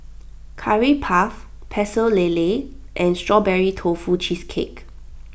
Curry Puff Pecel Lele and Strawberry Tofu Cheesecake